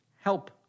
Help